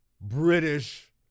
British